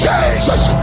Jesus